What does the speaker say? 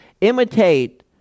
imitate